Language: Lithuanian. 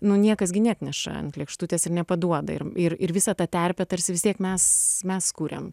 nu niekas gi neatneša ant lėkštutės ir nepaduoda ir ir ir visa ta terpė tarsi vis tiek mes mes kuriam